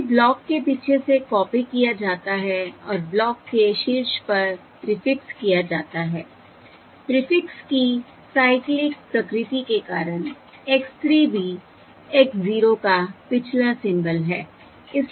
इसे ब्लॉक के पीछे से कॉपी किया जाता है और ब्लॉक के शीर्ष पर प्रीफिक्स किया जाता है प्रीफिक्स की साइक्लिक प्रकृति के कारण x 3 भी x 0 का पिछला सिंबल है